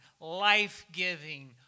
life-giving